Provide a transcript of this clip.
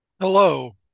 hello